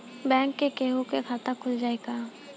Bank में केहूओ के खाता खुल जाई का?